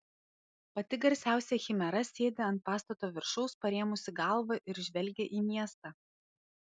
pati garsiausia chimera sėdi ant pastato viršaus parėmusi galvą ir žvelgia į miestą